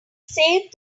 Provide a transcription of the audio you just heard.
saved